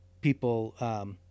people